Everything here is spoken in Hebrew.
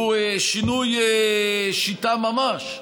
הוא שינוי השיטה ממש,